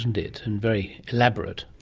and it, and very elaborate.